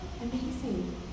Amazing